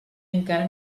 encara